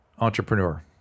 entrepreneur